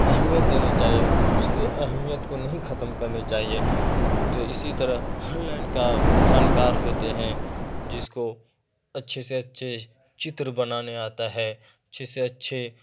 اہمیت دینی چاہیے اس کی اہمیت کو نہیں کھتم کرنی چاہیے تو اسی طرح ہر لائن کا فن کار ہوتے ہیں جس کو اچھے سے اچھے چتر بنانے آتا ہے اچھے سے اچھے